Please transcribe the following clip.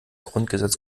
grundgesetz